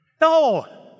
No